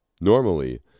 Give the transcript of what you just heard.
Normally